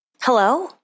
Hello